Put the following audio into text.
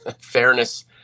fairness